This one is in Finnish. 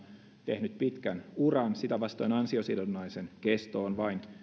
tehnyt pitkän uran sitä vastoin ansiosidonnaisen kesto on vain